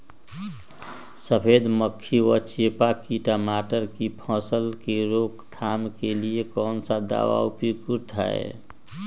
सफेद मक्खी व चेपा की टमाटर की फसल में रोकथाम के लिए कौन सा दवा उपयुक्त है?